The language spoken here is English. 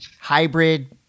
hybrid